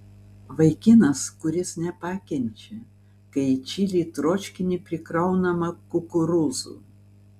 vaikinas kuris nepakenčia kai į čili troškinį prikraunama kukurūzų